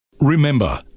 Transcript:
Remember